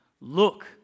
Look